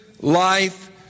life